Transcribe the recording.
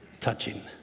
touching